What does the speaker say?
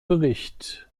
bericht